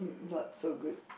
not so good